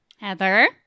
Heather